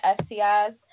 STIs